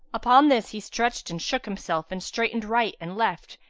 upon this he stretched and shook himself and strained right and left,